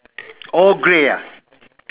all grey ah